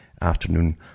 afternoon